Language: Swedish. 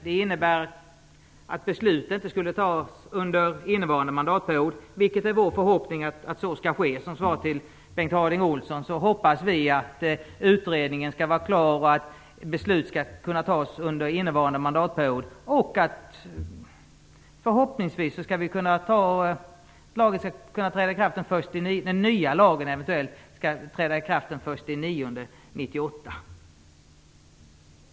Det innebär att beslut inte skulle kunna fattas under innevarande mandatperiod. Som svar till Bengt Harding Olson vill jag säga att vår förhoppning är att utredningen skall vara klar och att beslut skall kunna fattas under innevarande mandatperiod. Förhoppningsvis skall den nya lagen kunna träda i kraft den 1 september 1998.